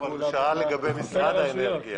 קר אבל הוא שאל לגבי משרד האנרגיה.